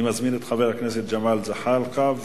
אני מזמין את חבר הכנסת ג'מאל זחאלקה,